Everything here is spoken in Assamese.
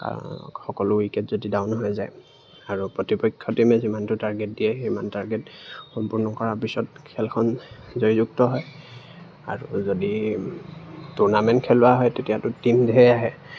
সকলো উইকেট যদি ডাউন হৈ যায় আৰু প্ৰতিপক্ষ টিমে যিমানটো টাৰ্গেট দিয়ে সিমান টাৰ্গেট সম্পূৰ্ণ কৰাৰ পিছত খেলখন জয়যুক্ত হয় আৰু যদি টুৰ্নামেণ্ট খেলোৱা হয় তেতিয়াতো টীম ধেৰ আহে